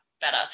better